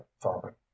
father